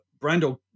Brando